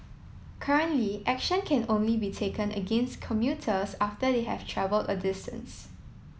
currently action can only be taken against commuters after they have travelled a distance